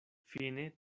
fine